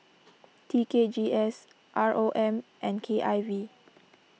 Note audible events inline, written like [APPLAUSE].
[NOISE] T K G S R O M and K I V